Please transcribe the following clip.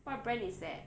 what brand is that